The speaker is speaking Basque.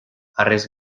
harrez